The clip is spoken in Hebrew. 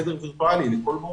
חדר וירטואלי לכל מורה,